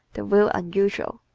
the view unusual.